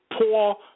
poor